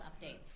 updates